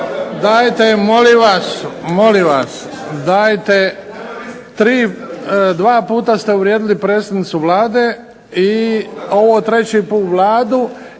Dajte molim vas. Molim vas, dajte tri, dva puta ste uvrijedili predsjednicu Vlade i ovo treći put Vladu,